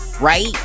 right